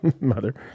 mother